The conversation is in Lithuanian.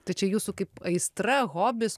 tai čia jūsų kaip aistra hobis